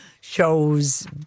shows